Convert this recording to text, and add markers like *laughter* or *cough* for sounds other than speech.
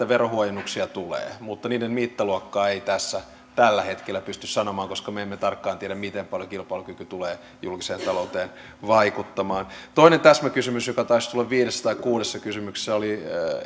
*unintelligible* verohuojennuksia tulee mutta niiden mittaluokkaa ei tässä tällä hetkellä pysty sanomaan koska me emme tarkkaan tiedä miten paljon kilpailukyky tulee julkiseen ta louteen vaikuttamaan toinen täsmäkysymys joka taisi tulla viidessä tai kuudessa kysymyksessä oli